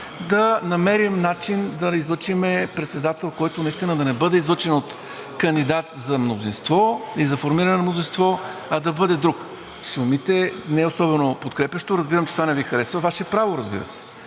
да намерим начин да излъчим председател, който наистина да не бъде излъчен от кандидат за мнозинство и за формиране на мнозинство, а да бъде друг. (Шум и реплики от ГЕРБ-СДС.) Шумите не особено подкрепящо. Разбирам, че това не Ви харесва. Ваше право е, разбира се.